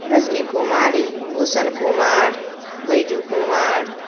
Rajni Kumari Bhushan Kumar Baiju Kumar